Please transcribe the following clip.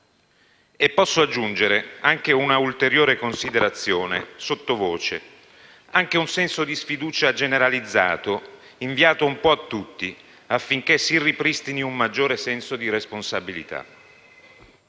se posso aggiungere un'ulteriore considerazione sottovoce - anche un senso di sfiducia generalizzato, inviato un po' a tutti, affinché si ripristini un maggiore senso di responsabilità.